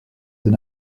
den